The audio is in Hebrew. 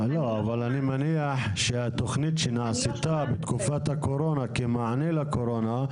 אני מניח שהתוכנית שנעשתה בתקופת הקורונה כמענה לקורונה,